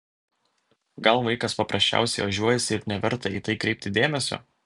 gal vaikas paprasčiausiai ožiuojasi ir neverta į tai kreipti dėmesio